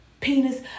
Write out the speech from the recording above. penis